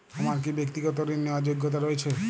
আমার কী ব্যাক্তিগত ঋণ নেওয়ার যোগ্যতা রয়েছে?